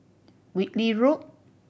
Whitley Road